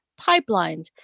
pipelines